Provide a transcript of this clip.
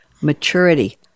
maturity